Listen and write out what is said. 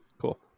cool